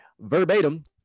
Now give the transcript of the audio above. Verbatim